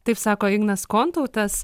taip sako ignas kontautas